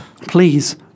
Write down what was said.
please